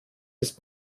ist